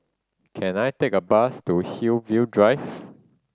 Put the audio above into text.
can I take a bus to Hillview Drive